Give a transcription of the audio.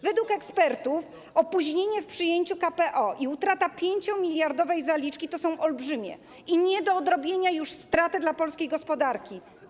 Według ekspertów opóźnienie w przyjęciu KPO i utrata 5-miliardowej zaliczki to są olbrzymie i nie do odrobienia już straty dla polskiej gospodarki.